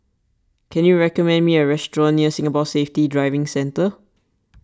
can you recommend me a restaurant near Singapore Safety Driving Centre